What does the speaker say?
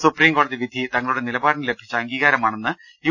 സുപ്രീംകോടതി വിധി തങ്ങളുടെ നിലപാടിന് ലഭിച്ച അംഗീകാര മാണെന്ന് യു